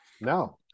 No